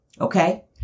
Okay